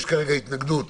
כרגע יש התנגדות